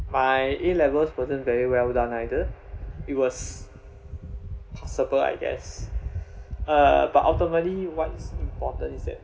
my A levels wasn't very well done either it was passable I guess uh but ultimately what's important is that